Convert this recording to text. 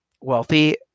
wealthy